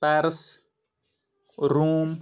Paris Rome